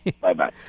Bye-bye